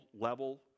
level